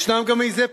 ישנם גם מעזי פנים.